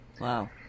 Wow